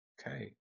Okay